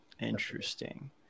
Interesting